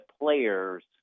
players